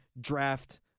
draft